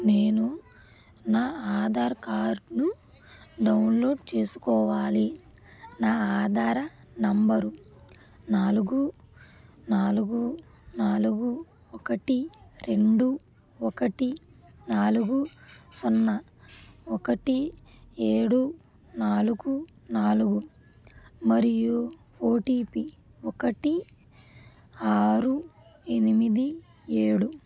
నేను నా ఆధార్ కార్డ్ను డౌన్లోడ్ చేసుకోవాలి నా ఆధార్ నంబరు నాలుగు నాలుగు నాలుగు ఒకటి రెండు ఒకటి నాలుగు సున్నా ఒకటి ఏడు నాలుగు నాలుగు మరియు ఓటిపి ఒకటి ఆరు ఎనిమిది ఏడు